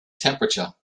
temperature